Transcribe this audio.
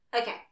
Okay